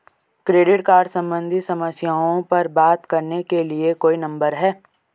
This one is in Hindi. क्रेडिट कार्ड सम्बंधित समस्याओं पर बात करने के लिए कोई नंबर है?